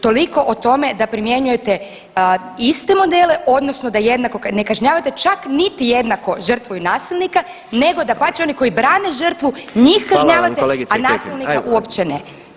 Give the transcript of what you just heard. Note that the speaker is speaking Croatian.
Toliko o tome da primjenjujete iste modele, odnosno da jednako, ne kažnjavate čak niti jednako žrtvu i nasilnika, nego dapače oni koji brane žrtvu njih kažnjavate [[Upadica predsjednik: Hvala vam kolegice Kekin.]] a nasilnika uopće ne.